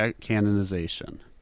canonization